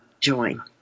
join